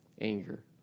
anger